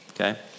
okay